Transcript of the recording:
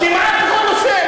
כמעט כל נושא.